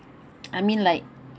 I mean like